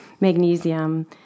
magnesium